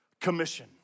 Commission